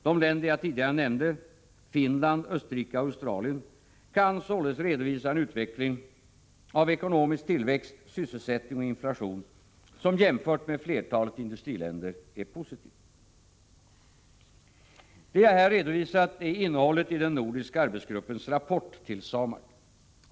De länder jag tidigare nämnde -— Finland, Österrike och Australien — kan således redovisa en utveckling av ekonomisk tillväxt, sysselsättning och inflation som jämfört med flertalet industriländer är positiv. Det jag här redovisat är innehållet i den nordiska arbetsgruppens rapport till SAMAK.